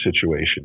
situation